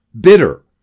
bitter